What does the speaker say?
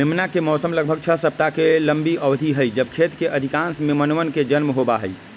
मेमना के मौसम लगभग छह सप्ताह के लंबी अवधि हई जब खेत के अधिकांश मेमनवन के जन्म होबा हई